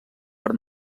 per